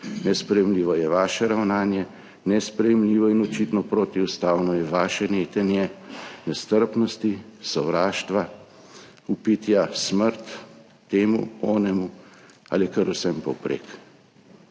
nesprejemljivo je vaše ravnanje, nesprejemljivo in očitno protiustavno je vaše netenje nestrpnosti, sovraštva, vpitja smrt temu, onemu ali kar vsem povprek.